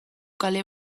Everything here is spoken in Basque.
kale